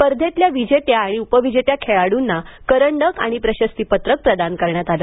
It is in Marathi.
स्पर्धेतल्या विजेत्या आणि उपविजेत्या खेळाडूंना करंडक आणि प्रशस्तीपत्रक प्रदान करण्यात आलं